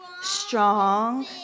Strong